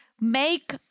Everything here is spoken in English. make